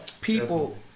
People